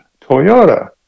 Toyota